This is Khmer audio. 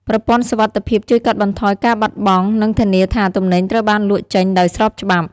ប្រព័ន្ធសុវត្ថិភាពជួយកាត់បន្ថយការបាត់បង់ និងធានាថាទំនិញត្រូវបានលក់ចេញដោយស្របច្បាប់។